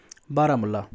Baramulla